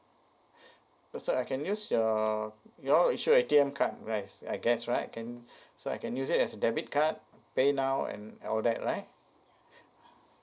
so I can use your you all issue A_T_M card right I guess right can so I can use it as debit card paynow and all that right